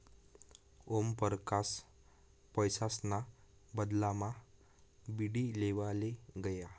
ओमपरकास पैसासना बदलामा बीडी लेवाले गया